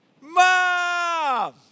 Mom